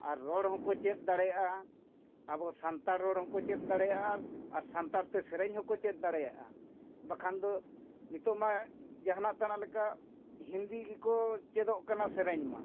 ᱟᱨ ᱨᱚᱲ ᱦᱚᱸᱠᱚ ᱪᱮᱫ ᱫᱟᱲᱮᱭᱟᱜᱼᱟ ᱟᱵᱚ ᱥᱟᱱᱛᱟᱲ ᱨᱚᱲ ᱦᱚᱸᱠᱚ ᱪᱮᱫ ᱫᱟᱲᱮᱭᱟᱜᱼᱟ ᱟᱨ ᱥᱟᱱᱛᱟᱲ ᱛᱮ ᱥᱮᱨᱮᱧ ᱦᱚᱸᱠᱚ ᱪᱮᱫ ᱫᱟᱲᱮᱭᱟᱜᱼᱟ ᱵᱟᱠᱷᱟᱱ ᱫᱚ ᱱᱤᱛᱚᱜ ᱢᱟ ᱡᱟᱦᱟᱱᱟᱜ ᱛᱮᱱᱟᱜ ᱞᱮᱠᱟ ᱦᱤᱱᱫᱤ ᱜᱮᱠᱚ ᱪᱮᱫᱚᱜ ᱠᱟᱱᱟ ᱥᱮᱨᱮᱧ ᱢᱟ